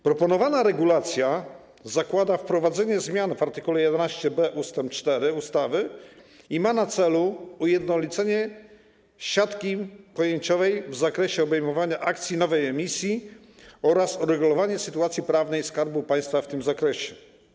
Proponowana regulacja zakłada wprowadzenie zmian w art. 11b ust. 4 ustawy i ma na celu ujednolicenie siatki pojęciowej w zakresie obejmowania akcji nowej emisji oraz uregulowanie sytuacji prawnej Skarbu Państwa w tym zakresie.